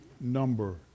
number